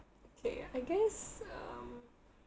okay I guess um